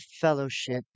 fellowship